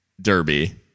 Derby